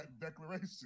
declaration